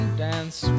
dance